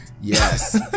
yes